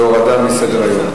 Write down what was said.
זה הורדה מסדר-היום.